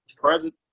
president